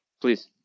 please